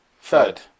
Third